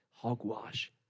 Hogwash